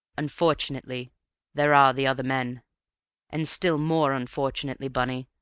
unfortunately there are the other men and still more unfortunately, bunny,